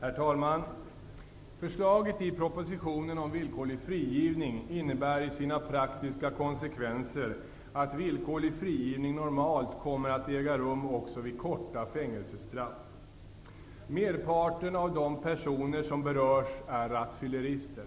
Herr talman! Förslaget i propositionen om villkorlig frigivning innebär i sina praktiska konsekvenser att villkorlig frigivning normalt kommer att äga rum också vid korta fängelsestraff. Merparten av de personer som berörs är rattfyllerister.